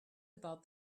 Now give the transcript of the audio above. about